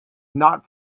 not